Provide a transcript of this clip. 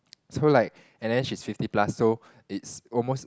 so like and then she's fifty plus so it's almost